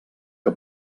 que